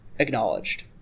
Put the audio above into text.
acknowledged